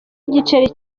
igiceri